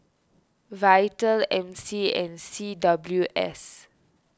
Vital M C and C W S